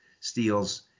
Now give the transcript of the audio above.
steals